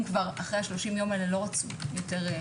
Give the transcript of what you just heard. אחרי 30 הימים האלה לא רצו להעיד,